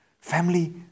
Family